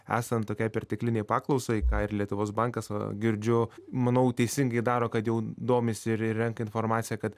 esant tokiai perteklinei paklausai ką ir lietuvos bankas girdžiu manau teisingai daro kad jau domisi ir renka informaciją kad